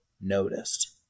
noticed